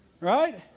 Right